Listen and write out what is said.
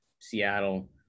Seattle